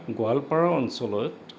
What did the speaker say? গোৱালপাৰা অঞ্চলত